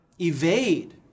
evade